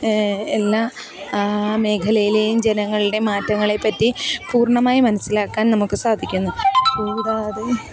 എല്ലാ മേഖലയിലേയും ജനങ്ങളുടെ മാറ്റങ്ങളെപ്പറ്റി പൂർണ്ണമായി മനസ്സിലാക്കാൻ നമുക്ക് സാധിക്കുന്നു കൂടാതെ